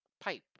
pipe